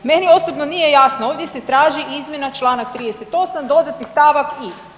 Meni osobno nije jasno ovdje se traži izmjena Članak 38. dodatni stavak i)